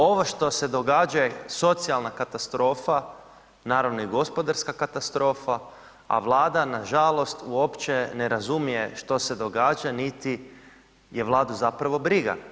Ovo što se događa je socijalna katastrofa, naravno i gospodarska katastrofa, a Vlada nažalost uopće ne razumije što se događa niti je Vladu zapravo briga.